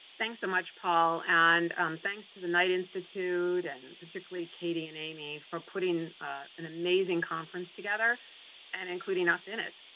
thanks so much, paul. and and thanks to the knight institute and, particularly, katy and amy for putting an amazing conference together and including us in it.